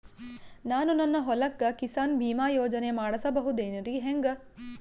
ನಾನು ನನ್ನ ಹೊಲಕ್ಕ ಕಿಸಾನ್ ಬೀಮಾ ಯೋಜನೆ ಮಾಡಸ ಬಹುದೇನರಿ ಹೆಂಗ?